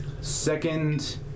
Second